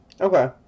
Okay